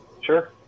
Sure